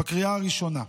בקריאה הראשונה.